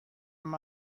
لطفا